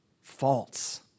false